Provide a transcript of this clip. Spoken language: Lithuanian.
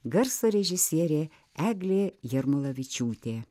garso režisierė eglė jarmolavičiūtė